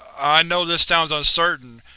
i know this sounds uncertain,